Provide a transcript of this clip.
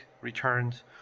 returns